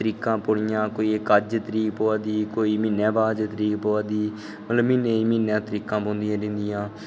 तरीकां पौनियां कोई इक अज्ज तरीक पौनी कोई म्हीनें बाद तरीक पवा दी मतलब म्हीने दे म्हीनें तरीकां पौंदियां रौंह्दियां